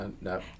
No